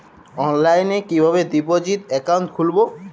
অনলাইনে কিভাবে deposit account খুলবো?